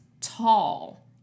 tall